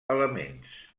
elements